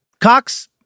Cox